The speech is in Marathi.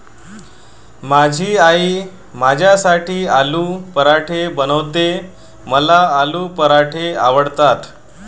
माझी आई माझ्यासाठी आलू पराठे बनवते, मला आलू पराठे आवडतात